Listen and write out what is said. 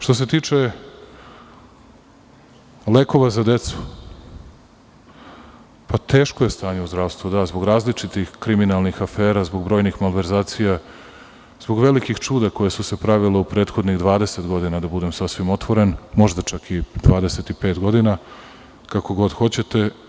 Što se tiče lekova za decu, teško je stanje u zdravstvu zbog različitih kriminalnih afera, zbog brojnih malverzacija, zbog velikih čuda koja su se pravila u prethodnih 20 godina, da budem sasvim otvoren, možda čak i 25 godina, kako god hoćete.